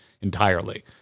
entirely